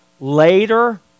later